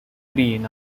green